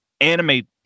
animate